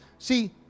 See